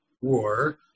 war